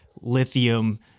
lithium